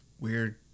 weird